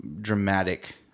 dramatic